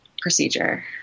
procedure